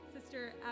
Sister